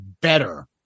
better